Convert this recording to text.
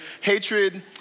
hatred